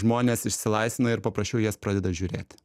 žmonės išsilaisvina ir paprasčiau į jas pradeda žiūrėti